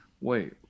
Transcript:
Wait